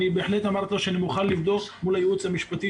בהחלט אמרתי לו שאני מוכן לבדוק מול הייעוץ המשפטי